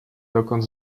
dokąd